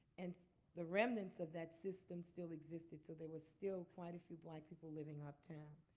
and the remnants of that system still existed. so there was still quite a few black people living uptown.